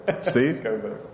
Steve